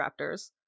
raptors